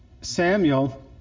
Samuel